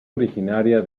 originaria